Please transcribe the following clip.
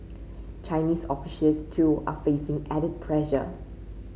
Chinese officials too are facing added pressure